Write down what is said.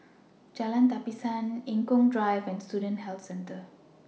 Jalan Tapisan Eng Kong Drive and Student Health Centre